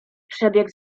przebieg